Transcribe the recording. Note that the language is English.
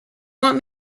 want